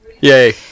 yay